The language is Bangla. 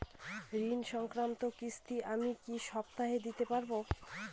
ঋণ সংক্রান্ত কিস্তি আমি কি সপ্তাহে দিতে পারবো?